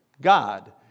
God